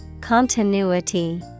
Continuity